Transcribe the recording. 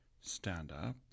stand-up